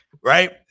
right